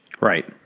Right